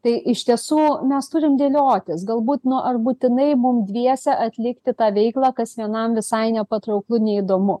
tai iš tiesų mes turim dėliotis galbūt nu ar būtinai mum dviese atlikti tą veiklą kas vienam visai nepatrauklu neįdomu